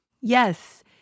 Yes